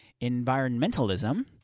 environmentalism